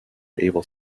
able